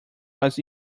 was